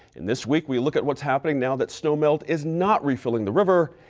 and this week we look at what's happening now that snow melt is not refilling the river,